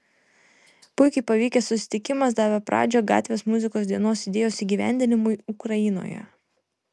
puikiai pavykęs susitikimas davė pradžią gatvės muzikos dienos idėjos įgyvendinimui ukrainoje